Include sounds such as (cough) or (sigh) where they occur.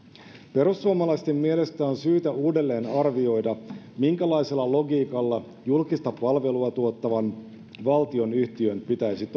perussuomalaisten mielestä on syytä uudelleenarvioida minkälaisella logiikalla julkista palvelua tuottavan valtionyhtiön pitäisi (unintelligible)